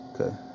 Okay